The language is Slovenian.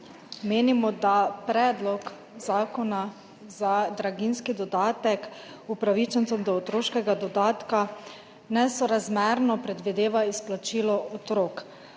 menimo, da predlog zakona za draginjski dodatek upravičencem do otroškega dodatka nesorazmerno predvideva izplačilo otrok.